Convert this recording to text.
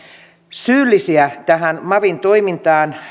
syyllisiä tähän mavin toimintaan